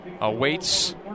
awaits